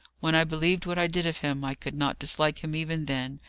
when i believed what i did of him, i could not dislike him even then,